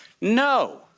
No